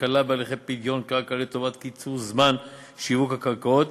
הקלה בהליכי פדיון קרקע לטובת קיצור זמן שיווק הקרקעות,